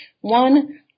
One